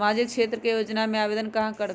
सामाजिक क्षेत्र के योजना में आवेदन कहाँ करवे?